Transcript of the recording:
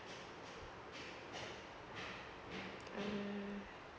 mm